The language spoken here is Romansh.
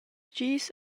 dis